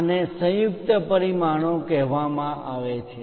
આને સંયુક્ત પરિમાણો કહેવામાં આવે છે